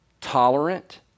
tolerant